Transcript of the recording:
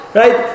right